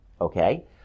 Okay